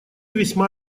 весьма